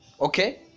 okay